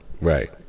right